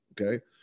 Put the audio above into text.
Okay